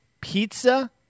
pizza